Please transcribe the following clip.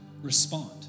respond